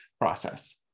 process